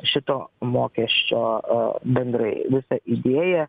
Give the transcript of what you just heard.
šito mokesčio a bendrai visą idėją